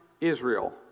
Israel